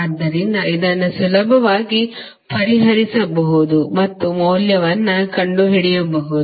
ಆದ್ದರಿಂದ ಇದನ್ನು ಸುಲಭವಾಗಿ ಪರಿಹರಿಸಬಹುದು ಮತ್ತು ಮೌಲ್ಯವನ್ನು ಕಂಡುಹಿಡಿಯಬಹುದು